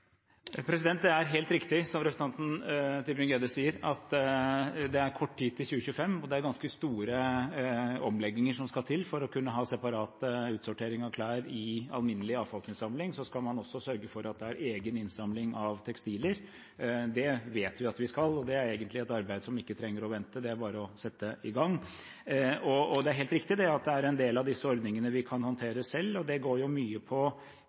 Det er helt riktig som representanten Tybring-Gjedde sier, at det er kort tid til 2025, og det er ganske store omlegginger som skal til. For å kunne ha separat utsortering av klær i alminnelig avfallsinnsamling skal man også sørge for at det er egen innsamling av tekstiler. Det vet vi at vi skal, og det er egentlig et arbeid som ikke trenger å vente, det er bare å sette i gang. Det er helt riktig at det er en del av disse ordningene vi kan håndtere selv, og det går mye på